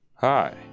hi